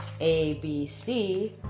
ABC